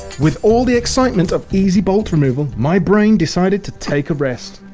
with all the excitement of easy-bolt-removal, my brain decided to take a rest.